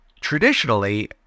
traditionally